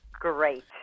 Great